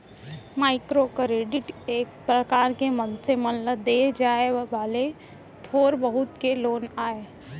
micro credit एक परकार के मनसे मन ल देय जाय वाले थोर बहुत के लोन आय